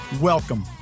Welcome